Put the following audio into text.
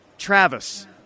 Travis